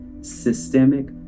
systemic